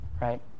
right